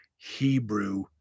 Hebrew